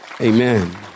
Amen